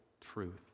truth